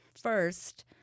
First